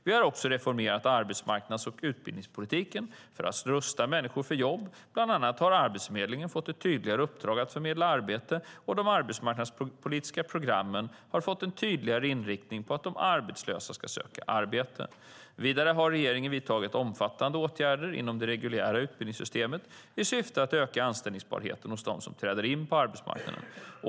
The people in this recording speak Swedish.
Vi har också reformerat arbetsmarknads och utbildningspolitiken för att rusta människor för jobb, bland annat har Arbetsförmedlingen fått ett tydligare uppdrag att förmedla arbete, och de arbetsmarknadspolitiska programmen har fått en tydligare inriktning på att de arbetslösa ska söka arbete. Vidare har regeringen vidtagit omfattande åtgärder inom det reguljära utbildningssystemet i syfte att öka anställbarheten hos dem som träder in på arbetsmarknaden.